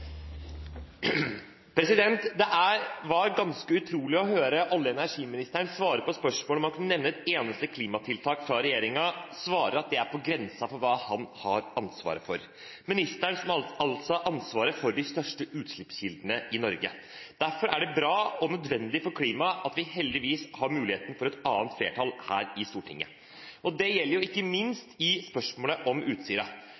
var ganske utrolig å høre olje- og energiministerens svar på spørsmål om han kunne nevne ett eneste klimatiltak fra regjeringen, at det er på grensen for hva han har ansvaret for – ministeren som altså har ansvaret for de største utslippskildene i Norge. Derfor er det bra og nødvendig for klimaet at vi heldigvis har muligheten for et annet flertall her i Stortinget. Det gjelder ikke